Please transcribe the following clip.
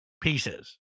pieces